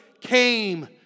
came